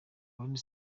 ubundi